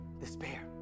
despair